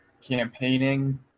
campaigning